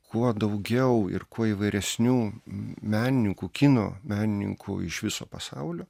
kuo daugiau ir kuo įvairesnių menininkų kino menininkų iš viso pasaulio